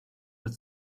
that